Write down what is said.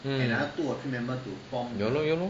ya lor ya lor